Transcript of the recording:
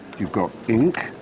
you've got ink.